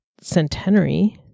centenary